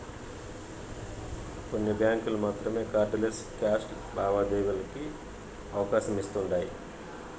కొన్ని బ్యాంకులు మాత్రమే కార్డ్ లెస్ క్యాష్ లావాదేవీలకి అవకాశమిస్తుండాయ్